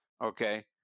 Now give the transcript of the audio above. okay